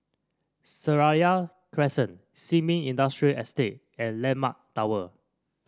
Seraya Crescent Sin Ming Industrial Estate and landmark Tower